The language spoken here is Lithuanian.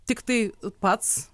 tiktai pats